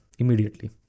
immediately